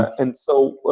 and so,